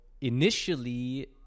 initially